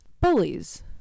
Bullies